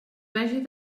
vagi